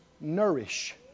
nourish